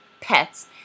pets